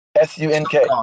S-U-N-K